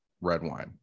Redwine